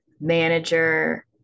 manager